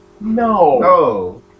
No